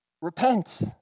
Repent